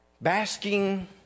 Basking